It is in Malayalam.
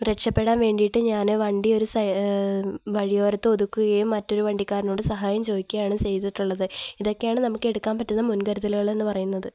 രക്ഷപ്പെടാൻ വേണ്ടിയിട്ടു ഞാന് വണ്ടി ഒരു വഴിയോരത്ത് ഒതുക്കുകയും മറ്റൊരു വണ്ടിക്കാരനോടു സഹായം ചോദിക്കുകയുമാണു ചെയ്തിട്ടുള്ളത് ഇതൊക്കെയാണു നമുക്ക് എടുക്കാൻ പറ്റുന്ന മുൻകരുതലുകള് എന്നു പറയുന്നത്